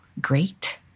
great